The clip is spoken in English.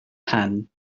hand